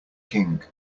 king